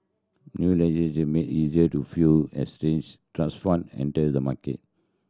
new legislation made easier to few exchange trust fund enter the market